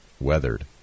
weathered